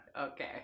Okay